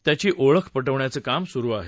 त्याची ओळख पटवण्याचं काम सुरू आहे